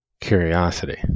curiosity